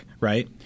right